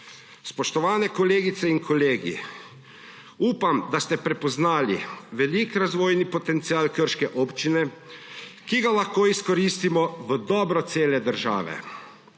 Spoštovane kolegice in kolegi! Upam, da ste prepoznali velik razvojni potencial krške občine, ki ga lahko izkoristimo v dobro cele države.